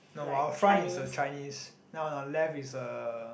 no our front is a Chinese then on our left is a